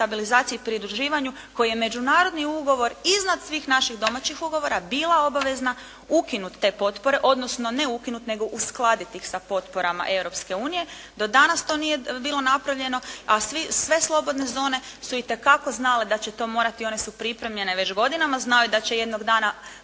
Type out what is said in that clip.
stabilizaciji i pridruživanju, koji je međunarodni ugovor iznad svih naših domaćih ugovora, bila obavezna ukinuti te potpore, odnosno ne ukinuti, nego uskladiti ih sa potporama Europske unije, do danas to nije bilo napravljeno, a sve slobodne zone su itekako znale da će to morati, one su pripremljene, već godinama znaju da će jednoga dana